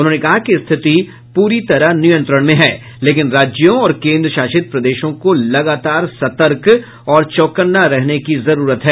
उन्होंने कहा कि स्थिति पूरी तरह नियंत्रण में है लेकिन राज्यों और केन्द्रशासित प्रदेशों को लगातार सतर्क और चौकन्ना रहने की जरूरत है